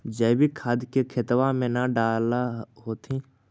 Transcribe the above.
जैवीक खाद के खेतबा मे न डाल होथिं?